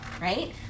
right